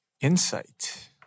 insight